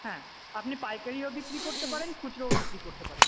হ্যাঁ আপনি পাইকারিও বিক্রি করতে পারেন খুচরোও বিক্রি করতে পারেন